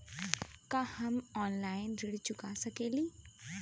का हम ऑनलाइन ऋण चुका सके ली?